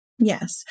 Yes